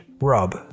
Rob